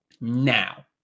now